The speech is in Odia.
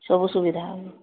ସବୁ ସୁବିଧା